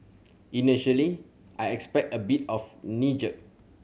initially I expect a bit of knee jerk